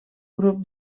grup